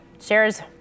Shares